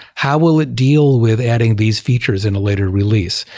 how will it deal with adding these features in a later release?